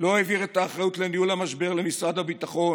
לא העביר את האחריות לניהול המשבר למשרד הביטחון,